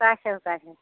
শুকাইছে শুকাইছে